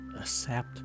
accept